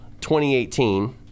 2018